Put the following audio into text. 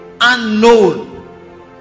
unknown